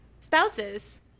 Spouses